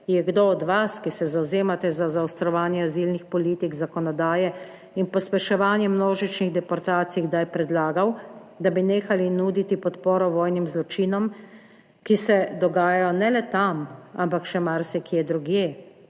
Je kdo od vas, ki se zavzemate za zaostrovanje azilnih politik, zakonodaje in pospeševanje množičnih deportacij, kdaj predlagal, da bi nehali nuditi podporo vojnim zločinom, ki se dogajajo ne le tam ampak še marsikje drugje?